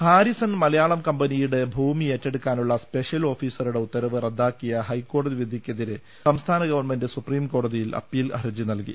Harrison Malayalam കമ്പനിയുടെ ഭൂമി ഏറ്റെടുക്കാനുള്ള സ്പെഷ്യൽ ഓഫീസറുടെ ഉത്തരവ് റദ്ദാക്കിയ ഹൈക്കോടതി വിധി ക്കെതിരെ സംസ്ഥാന ഗവൺമെന്റ് സുപ്രീംകോടതിയിൽ അപ്പീൽ ഹർജി നൽകി